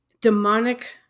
demonic